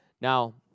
Now